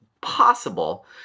possible